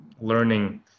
learning